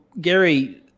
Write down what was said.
Gary